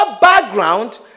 background